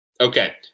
Okay